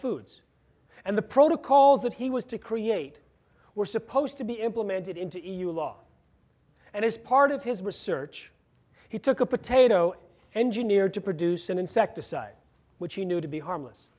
foods and the protocols that he was to create were supposed to be implemented into e u law and as part of his research he took a potato engineer to produce an insecticide which he knew to be harmless